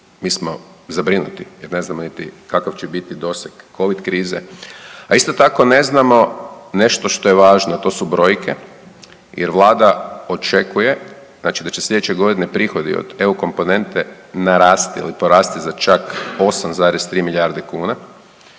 mi smo zabrinuti jer ne znamo niti kakav će biti doseg Covid krize. A isto tako ne znamo nešto što je važno, a to su brojke jer vlada očekuje znači da će slijedeće godine prihodi od EU komponente narasti ili porasti za čak 8,3 milijarde kuna.